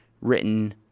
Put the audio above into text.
written